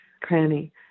cranny